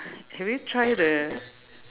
have you try the